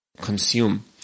consume